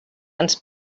ens